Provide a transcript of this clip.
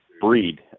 breed